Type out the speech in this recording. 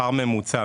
ממוצע.